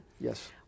Yes